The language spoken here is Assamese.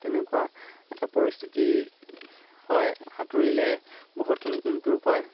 তেনেকুৱা এটা পৰিস্থিতি হয় সাঁতুৰিলে বহুতখিনি ইম্প্ৰুভ হয়